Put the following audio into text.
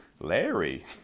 Larry